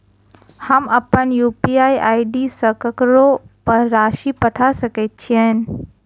हम अप्पन UPI ID सँ ककरो पर राशि पठा सकैत छीयैन?